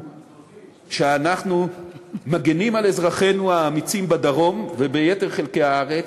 כשאנחנו מגינים על אזרחינו האמיצים בדרום וביתר חלקי הארץ,